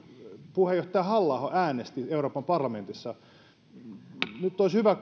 puheenjohtaja halla aho äänesti euroopan parlamentissa nyt olisi hyvä